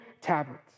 tablets